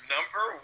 Number